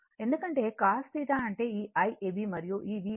ఎందుకంటే కాస్ θ అంటే ఈ Iab మరియు ఈ Vab మధ్య కోణం